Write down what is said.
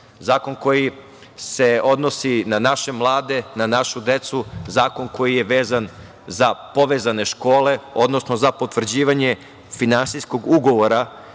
zakon koji se odnosi na naše mlade, na našu decu, zakon koji je vezan za povezane škole, odnosno za potvrđivanje finansijskog ugovora